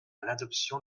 l’adoption